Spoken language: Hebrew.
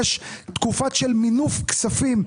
יש תקופות של מינוף כספים,